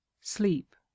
sleep